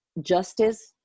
justice